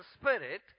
spirit